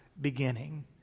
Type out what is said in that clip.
beginning